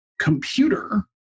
computer